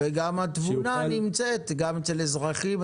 --- וגם כי התבונה נמצאת גם אצל אזרחים,